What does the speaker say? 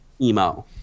Emo